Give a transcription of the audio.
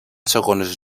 segones